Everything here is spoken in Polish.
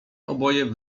oboje